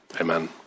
Amen